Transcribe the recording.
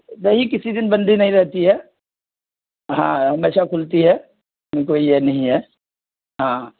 نہیں کسی دن بند نہیں رہتی ہے ہاں ہمیشہ کھلتی ہے بالکل یہ نہیں ہے ہاں